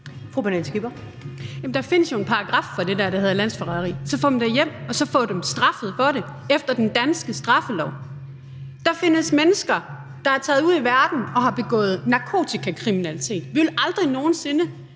der findes jo en paragraf for det, der hedder landsforræderi. Så få dem da hjem og få dem straffet for det efter den danske straffelov. Der findes mennesker, der er taget ud i verden og har begået narkotikakriminalitet; vi ville aldrig nogen sinde